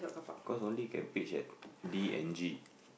cause only can pitch at D and G